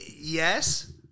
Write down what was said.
Yes